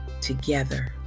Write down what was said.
together